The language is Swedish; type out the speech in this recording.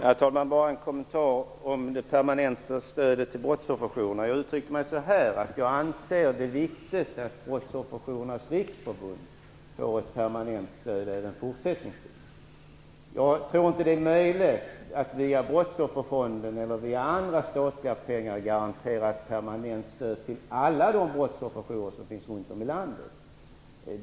Herr talman! Jag har bara en kommentar om det permanenta stödet till brottsofferjourerna. Jag uttryckte mig så här: Jag anser det vara viktigt att Brottsofferjourernas riksförbund får ett permanent stöd även fortsättningsvis. Jag tror inte att det är möjligt att via Brottsofferfonden eller med andra statliga pengar garantera ett permanent stöd till alla de brottsofferjourer som finns runt om i landet.